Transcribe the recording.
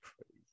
crazy